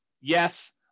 Yes